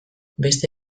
beste